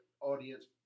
audience